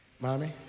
Mommy